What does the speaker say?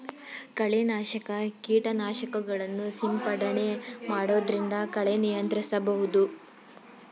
ಕಳೆ ನಾಶಕ ಕೀಟನಾಶಕಗಳನ್ನು ಸಿಂಪಡಣೆ ಮಾಡೊದ್ರಿಂದ ಕಳೆ ನಿಯಂತ್ರಿಸಬಹುದು